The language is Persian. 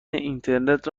اینترنت